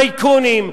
מייקונים.